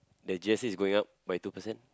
that G_S_T is going up by two percent